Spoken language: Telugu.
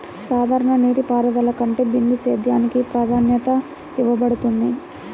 సాధారణ నీటిపారుదల కంటే బిందు సేద్యానికి ప్రాధాన్యత ఇవ్వబడుతుంది